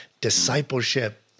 discipleship